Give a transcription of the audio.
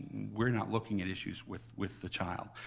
we're not looking at issues with with the child.